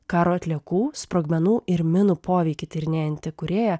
karo atliekų sprogmenų ir minų poveikį tyrinėjanti kūrėja